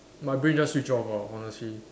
my brain just switch off lor honestly